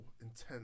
intense